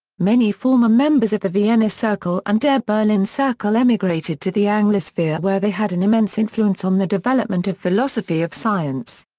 many former members of the vienna circle and der berlin circle emigrated to the anglosphere where they had an immense influence on the development of philosophy of science.